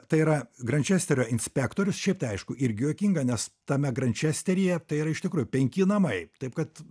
tai yra grančesterio inspektorius šiaip tai aišku irgi juokinga nes tame grančesteryje tai yra iš tikrųjų penki namai taip kad